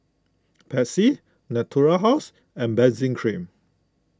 Pansy Natura House and Benzac Cream